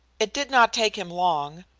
it did not take him long,